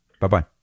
Bye-bye